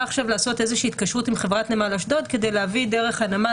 עכשיו לעשות התקשרות עם חברת נמל אשדוד כדי להביא דרך הנמל